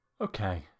Okay